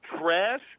trash